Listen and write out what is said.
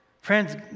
Friends